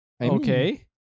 Okay